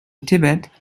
tibet